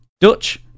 dutch